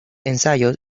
ensayos